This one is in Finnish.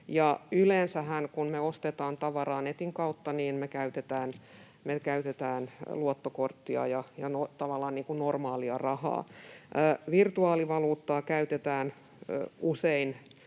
yleensähän, kun me ostetaan tavaraa netin kautta, me käytetään luottokorttia tavallaan niin kuin normaalia rahaa. Virtuaalivaluuttaa käytetään usein